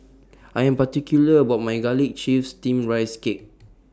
I Am particular about My Garlic Chives Steamed Rice Cake